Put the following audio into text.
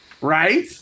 Right